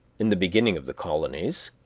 in the beginning of the colonies,